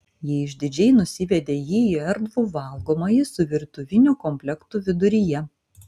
ji išdidžiai nusivedė jį į erdvų valgomąjį su virtuviniu komplektu viduryje